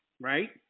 right